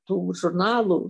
tų žurnalų